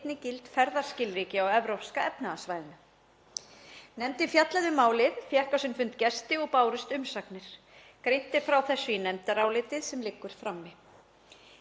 einnig gild ferðaskilríki á Evrópska efnahagssvæðinu. Nefndin fjallaði um málið, fékk á sinn fund gesti og bárust umsagnir. Greint er frá þessu í nefndaráliti sem liggur frammi.